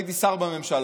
הייתי שר בממשלה,